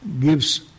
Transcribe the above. gives